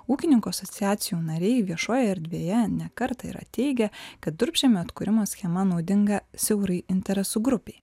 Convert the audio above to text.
ūkininkų asociacijų nariai viešojoje erdvėje ne kartą yra teigę kad durpžemio atkūrimo schema naudinga siaurai interesų grupei